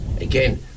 again